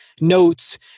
notes